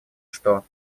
что